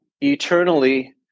eternally